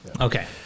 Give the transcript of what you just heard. Okay